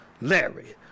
Larry